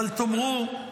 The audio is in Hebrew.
אבל תאמרו,